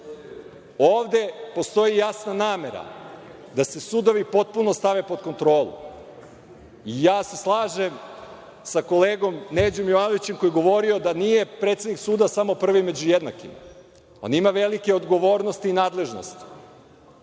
postoji jasna namera da se sudovi potpuno stave pod kontrolu. Slažem se sa kolegom Neđom Jovanovićem koji je govori da nije predsednik suda samo prvi među jednakima. On ima velike odgovornosti i nadležnosti,